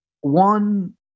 one